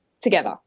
together